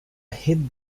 hit